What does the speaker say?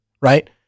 Right